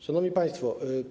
Szanowni Państwo!